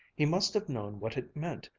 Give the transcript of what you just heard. he must have known what it meant,